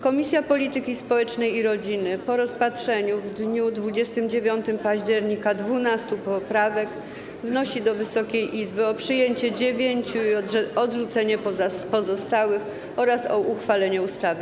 Komisja Polityki Społecznej i Rodziny po rozpatrzeniu w dniu 29 października 12 poprawek wnosi do Wysokiej Izby o przyjęcie dziewięciu i odrzuceniu pozostałych oraz o uchwalenie ustawy.